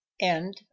End